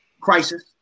crisis